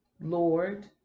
Lord